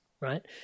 Right